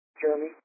Jeremy